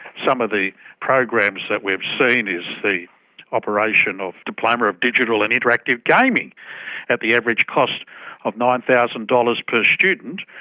some of the programs that we've seen is the operation of diploma of digital and interactive gaming at the average cost of nine thousand dollars per student,